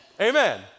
Amen